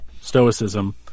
Stoicism